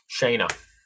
Shayna